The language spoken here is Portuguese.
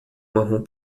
marrom